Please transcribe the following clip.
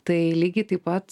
tai lygiai taip pat